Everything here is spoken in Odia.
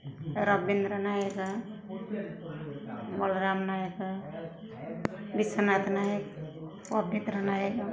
ରବୀନ୍ଦ୍ର ନାୟକ ବଳରାମ ନାୟକ ବିଶ୍ୱନାଥ ନାୟକ ପବିତ୍ର ନାୟକ